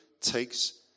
takes